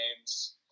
games